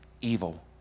evil